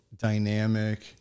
dynamic